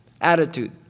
Attitude